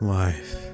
life